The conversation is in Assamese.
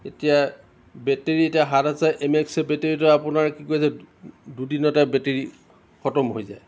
এতিয়া বেটেৰী এতিয়া সাত হাজাৰ এম এক্সৰ বেটেৰীটো আপোনাৰ কি কৰিছে দুদিনতে বেটেৰী খতম হৈ যায়